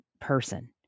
person